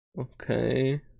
Okay